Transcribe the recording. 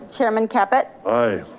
chairman caput. aye.